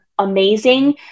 amazing